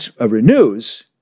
renews